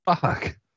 Fuck